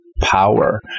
power